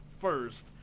first